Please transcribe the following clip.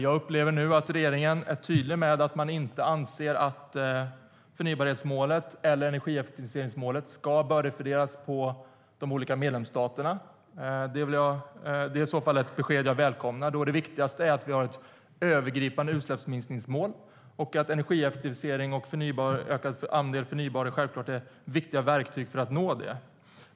Jag upplever nu att regeringen är tydlig med att man inte anser att förnybarhetsmålet eller energieffektiviseringsmålet ska bördefördelas på de olika medlemsstaterna. Det är i så fall ett besked jag välkomnar. Det viktigaste är att vi har ett övergripande utsläppsminskningsmål och att energieffektivisering och ökad andel förnybart självklart är viktiga verktyg för att nå detta.